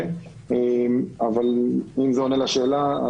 זה עונה על השאלה?